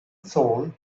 soul